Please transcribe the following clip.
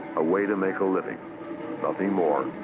a way to make a living nothing more,